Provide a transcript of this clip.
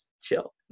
chill